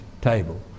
table